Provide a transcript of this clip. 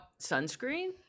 sunscreen